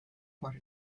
part